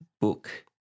book